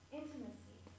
intimacy